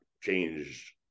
changed